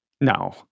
No